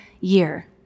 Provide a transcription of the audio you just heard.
year